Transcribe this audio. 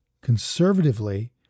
conservatively